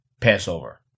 Passover